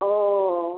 वह